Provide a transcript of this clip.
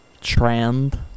trend